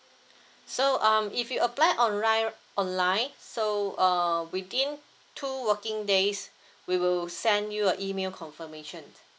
so um if you apply online online so err within two working days we will send you a email confirmation